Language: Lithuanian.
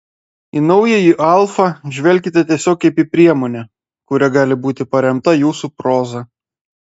į naująjį alfa žvelkite tiesiog kaip į priemonę kuria gali būti paremta jūsų proza